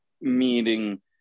meeting